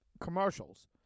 commercials